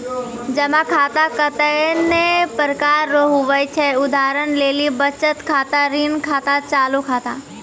जमा खाता कतैने प्रकार रो हुवै छै उदाहरण लेली बचत खाता ऋण खाता चालू खाता